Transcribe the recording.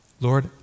Lord